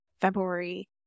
February